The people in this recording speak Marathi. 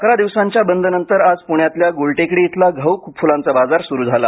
अकरा दिवसांच्या बंदनंतर आज गुलटेकडी इथला घाऊक फुलांचा बाजार सुरू झाला